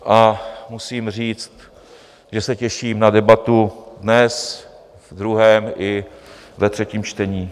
A musím říct, že se těším na debatu dnes, ve druhém i ve třetím čtení.